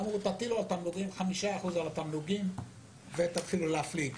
אמרו תטילו 5% על התמלוגים ותתחילו להפליג.